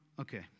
Okay